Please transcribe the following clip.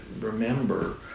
remember